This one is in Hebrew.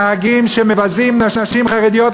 נהגים שמבזים נשים חרדיות,